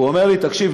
הוא אומר לי: תקשיב,